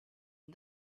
and